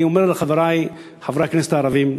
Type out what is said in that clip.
אני אומר לחברי חברי הכנסת הערבים: